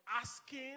asking